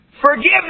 forgive